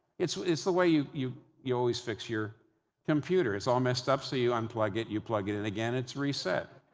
it's it's the way you you always fix your computer, it's all messed up so you unplug it, you plug it in again, it's reset.